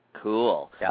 Cool